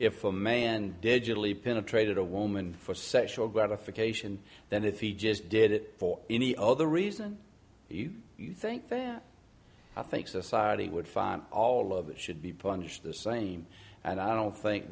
i'm a and digitally penetrated a woman for sexual gratification than if he just did it for any other reason you think that i think society would find all of it should be punished the same and i don't think